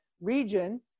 region